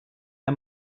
der